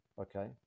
Okay